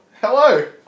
Hello